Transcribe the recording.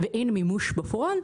ואין מימוש בפועל,